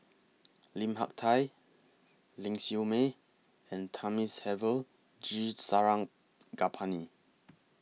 Lim Hak Tai Ling Siew May and Thamizhavel G Sarangapani